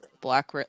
Black